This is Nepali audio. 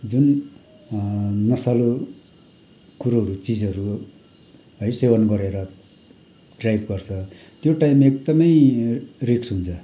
जुन नशालु कुरोहरू चिजहरू है सेवन गरेर ड्राइभ गर्छ त्यो टाइममा एकदमै रिस्क हुन्छ